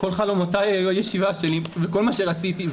כל חלומותיי היו הישיבה שלי וזה כל מה שרציתי.